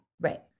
Right